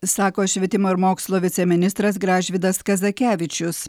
sako švietimo ir mokslo viceministras gražvydas kazakevičius